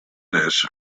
this